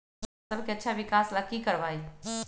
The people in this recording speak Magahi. फसल के अच्छा विकास ला की करवाई?